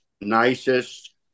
nicest